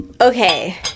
Okay